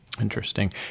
Interesting